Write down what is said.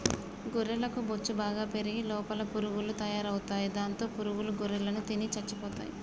గొర్రెలకు బొచ్చు బాగా పెరిగి లోపల పురుగులు తయారవుతాయి దాంతో పురుగుల గొర్రెలను తిని చచ్చిపోతాయి